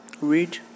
read